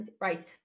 Right